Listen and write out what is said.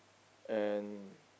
and